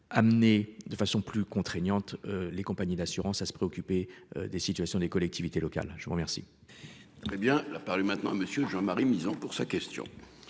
amené de façon plus contraignantes les compagnies d'assurance à se préoccuper des situations des collectivités locales. Hein je vous remercie. Très bien. La parole maintenant monsieur Jean Marie misant pour sa question.